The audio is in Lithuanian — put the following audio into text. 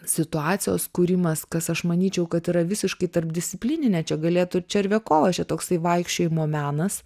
situacijos kūrimas kas aš manyčiau kad yra visiškai tarpdisciplininė čia galėtų červiakovas čia toksai vaikščiojimo menas